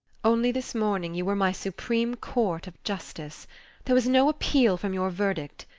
only this morning you were my supreme court of justice there was no appeal from your verdict.